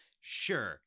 Sure